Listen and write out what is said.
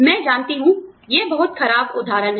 मैं जानती हूँ यह बहुत खराब उदाहरण है